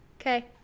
okay